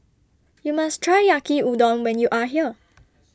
YOU must Try Yaki Udon when YOU Are here